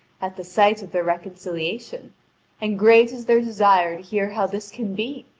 at the sight of their reconciliation and great is their desire to hear how this can be,